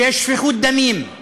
שיש שפיכות דמים,